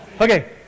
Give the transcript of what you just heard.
okay